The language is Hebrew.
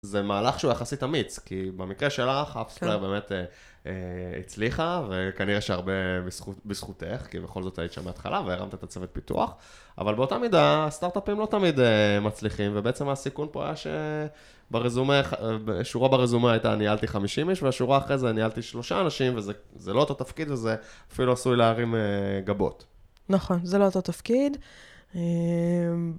זה מהלך שהוא יחסית אמיץ, כי במקרה שלך, האפספלייר באמת הצליחה, וכנראה שהרבה בזכותך, כי בכל זאת היית שם מההתחלה והרמת את הצוות פיתוח, אבל באותה מידה, הסטארט-אפים לא תמיד מצליחים, ובעצם הסיכון פה היה ששורה ברזומה הייתה, ניהלתי 50 איש, והשורה אחרי זה ניהלתי 3 אנשים, וזה לא אותו תפקיד, וזה אפילו עשוי להרים גבות. נכון, זה לא אותו תפקיד.